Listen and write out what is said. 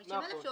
ו-950 אלף.